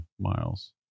miles